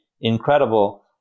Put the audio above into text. incredible